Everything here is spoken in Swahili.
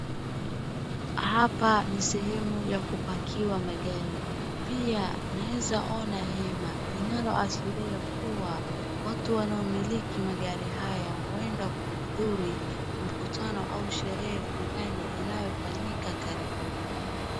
Hapa ni sehemu ya kupakiwa magari. Pia naeza ona hema linalo ashiria kuwa watu wanao miliki magari haya huenda kuhudhuri mkutano au sherehe fulani inayofanyika karibuni.